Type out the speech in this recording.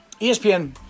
ESPN